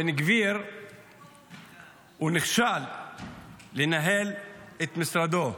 בן גביר נכשל בניהול משרדו.